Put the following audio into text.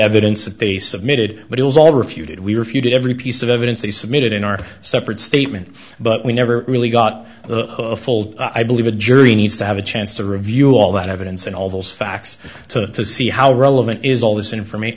evidence that they submitted but it was all refuted we refuted every piece of evidence they submitted in our separate statement but we never really got the full i believe a jury needs to have a chance to review all that evidence and all those facts to see how relevant is all this information